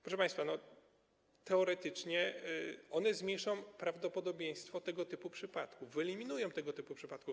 Proszę państwa, teoretycznie one zmniejszą prawdopodobieństwo tego typu przypadków, wyeliminują tego typu przypadki.